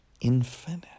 infinite